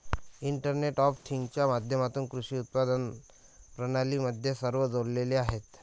internet of थिंग्जच्या माध्यमातून कृषी उत्पादन प्रणाली मध्ये सर्व जोडलेले आहेत